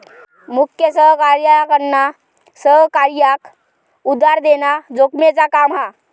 मुख्य सहकार्याकडना सहकार्याक उधार देना जोखमेचा काम हा